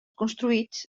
construïts